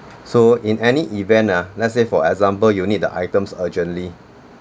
so in any event ah let's say for example you need the items urgently